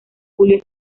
julio